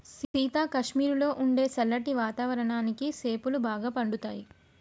సీత కాశ్మీరులో ఉండే సల్లటి వాతావరణానికి సేపులు బాగా పండుతాయి